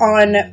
on